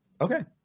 Okay